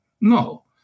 No